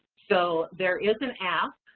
so there is an app,